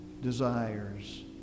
desires